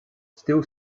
still